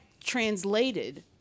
translated